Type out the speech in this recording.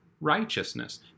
righteousness